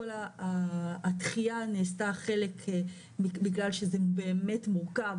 כל הדחייה נעשתה - חלק בגלל שזה באמת מורכב